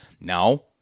Now